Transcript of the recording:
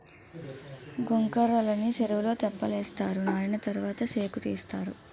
గొంకర్రలని సెరువులో తెప్పలేస్తారు నానిన తరవాత సేకుతీస్తారు